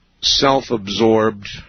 self-absorbed